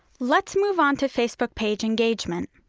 let's move on to facebook page engagement.